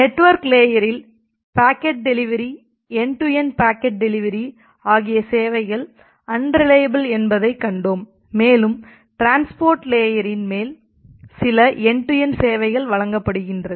network லேயரில் packet delivery end to end packet delivery ஆகிய சேவைகள் அன்ரிலையபில் என்பதை கண்டோம் மேலும் டிரான்ஸ்போர்ட் லேயரின் மேல் சில என்டு டு என்டு சேவைகள் வழங்கப்படுகிறது